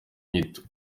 inyito